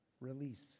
release